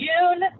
June